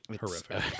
horrific